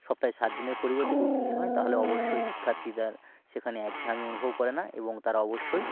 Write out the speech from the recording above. সপ্তাহের সাত দিনের পরিবর্তে দু তিন দিন হয় তাহলে অবশ্যই শিক্ষার্থীদের সেখানে একঘেয়েমি অনুভব করে না এবং তারা অবশ্যই